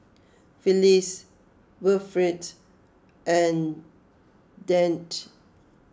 Felix Wilfrid and Dante